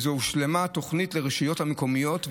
הושלמה התוכנית לרשויות המקומיות,